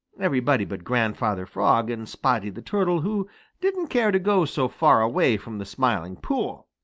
everybody but grandfather frog and spotty the turtle, who didn't care to go so far away from the smiling pool.